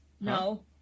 no